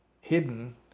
hidden